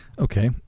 Okay